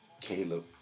Caleb